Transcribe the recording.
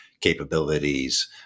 capabilities